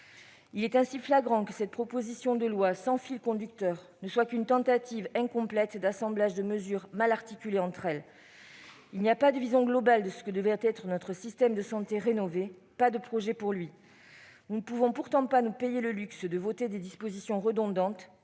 Il est ainsi flagrant que cette proposition de loi dépourvue de fil conducteur n'est qu'une tentative incomplète d'assemblage de mesures mal articulées entre elles. Il n'y a pas de vision globale de ce que devrait être notre système de santé rénové, pas de projet pour lui. Nous ne pouvons pourtant pas nous payer le luxe de voter des dispositions redondantes,